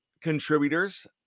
contributors